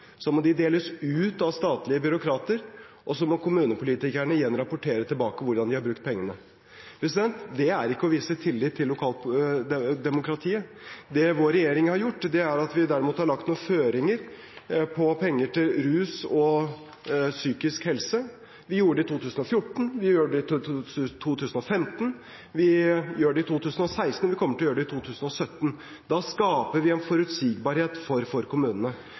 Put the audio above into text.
Så må de deles ut av statlige byråkrater, og så må kommunepolitikerne igjen rapportere tilbake hvordan de har brukt pengene. Det er ikke å vise tillit til lokaldemokratiet. Det vår regjering har gjort, er at vi derimot har lagt noen føringer på penger til rus og psykisk helse. Vi gjorde det i 2014, vi gjorde det i 2015, vi gjør det i 2016, og vi kommer til å gjøre det i 2017. Da skaper vi en forutsigbarhet for kommunene.